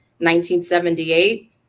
1978